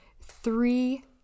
three